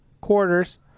quarters